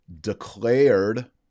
declared